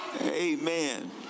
Amen